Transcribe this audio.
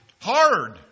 hard